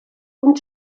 und